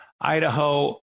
Idaho